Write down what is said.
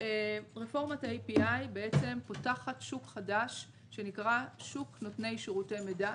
רפורמת ה-EPI פותחת שוק חדש שנקרא שוק נותני שירותי מידע.